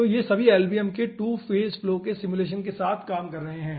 तो ये सभी LBM के 2 फेज फ्लो के सिमुलेशन के साथ काम कर रहे हैं